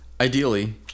Ideally